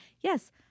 yes